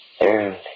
Early